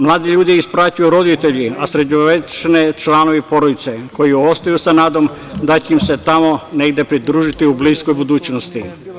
Mlade ljude ispraćaju roditelji, a sredovečne članovi porodica, koji ostaju sa nadom da će im se tamo negde pridružiti u bliskoj budućnosti.